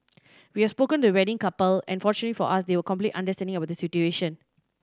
we have spoken to the wedding couple and fortunately for us they were completely understanding about the situation